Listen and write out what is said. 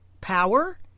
power